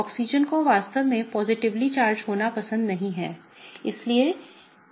oxygen को वास्तव में पॉजिटिवली चार्ज होना पसंद नहीं है